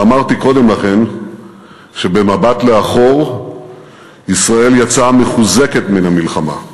אבל אמרתי קודם לכן שבמבט לאחור ישראל יצאה מחוזקת מן המלחמה.